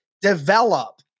develop